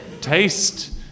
taste